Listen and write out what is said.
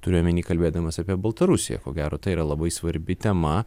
turiu omeny kalbėdamas apie baltarusiją ko gero tai yra labai svarbi tema